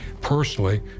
Personally